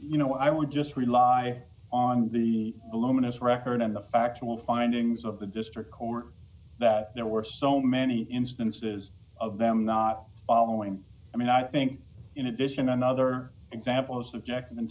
you know i would just rely on the luminous record of the factual findings of the district court that there were so many instances of them not following i mean i think in addition another example a subject